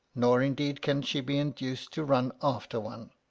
nor indeed can she be induced to run after one.